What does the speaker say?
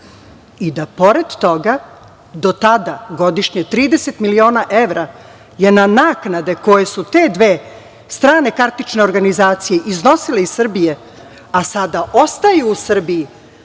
i da pored toga do tada godišnje 30 miliona evra je na naknade koje su te dve strane kartične organizacije iznosile iz Srbije, a sada ostaju u Srbiji,